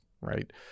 right